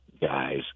guys